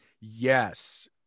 Yes